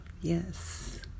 yes